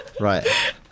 Right